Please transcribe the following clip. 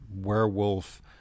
werewolf